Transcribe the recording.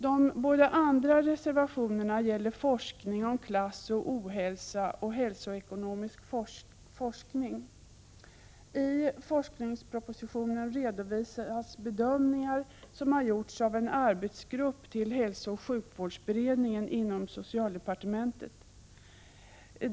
De båda andra reservationerna gäller forskning om klass och ohälsa och hälsoekonomisk forskning. I forskningspropositionen redovisas bedömningar som gjorts av en arbetsgrupp till hälsooch sjukvårdsberedningen inom socialdepartementet.